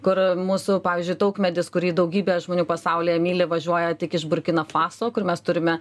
kur mūsų pavyzdžiui taukmedis kurį daugybė žmonių pasaulyje myli važiuoja tik iš burkina faso kur mes turime